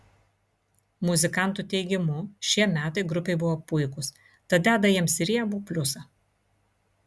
muzikantų teigimu šie metai grupei buvo puikūs tad deda jiems riebų pliusą